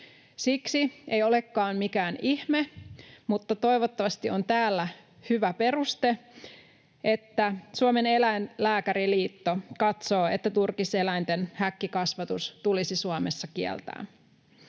Siksi ei olekaan mikään ihme, mutta toivottavasti on täällä hyvä peruste, että Suomen Eläinlääkäriliitto katsoo, että turkiseläinten häkkikasvatus tulisi Suomessa kieltää.